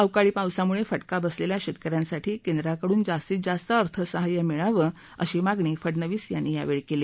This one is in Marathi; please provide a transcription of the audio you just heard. अवकाळी पावसामुळक्किका बसलखा शस्क्रि यांसाठी केंद्राकडून जास्तीत जास्त अर्थसहाय्य मिळावं अशी मागणी फडनवीस यांनी कली